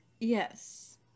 Yes